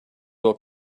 will